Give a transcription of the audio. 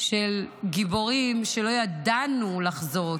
של גיבורים שלא ידענו לחזות,